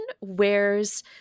wears